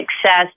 success